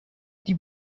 die